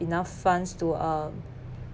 enough funds to um